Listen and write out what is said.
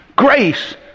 Grace